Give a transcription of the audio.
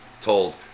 told